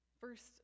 First